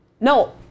No